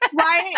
Right